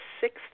sixth